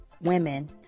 women